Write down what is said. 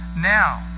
now